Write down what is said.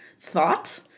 thought